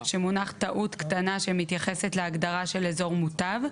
המונח בפניכם טעות קטנה שמתייחסת להגדרה של אזור מוטב.